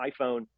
iPhone